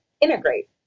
integrate